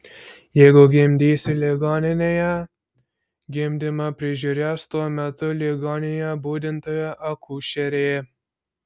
jeigu gimdysi ligoninėje gimdymą prižiūrės tuo metu ligoninėje budinti akušerė